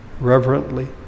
reverently